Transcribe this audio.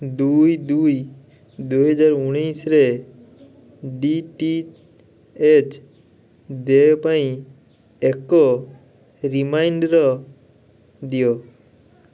ଦୁଇ ଦୁଇ ଦୁଇହଜାର ଉଣେଇଶରେ ଡି ଟି ଏଚ୍ ଦେୟ ପାଇଁ ଏକ ରିମାଇଣ୍ଡର୍ ଦିଅ